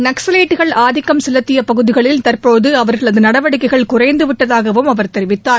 நக்கலைட்டுகள் ஆதிக்கம் செலுத்தியப் பகுதிகளில் தற்போது அவர்களது நடவடிக்கைகள் குறைந்து விட்டதாகவும் அவர் தெரிவித்தார்